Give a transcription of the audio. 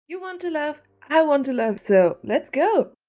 you want to laugh, i want to laugh. so let's go!